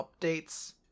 updates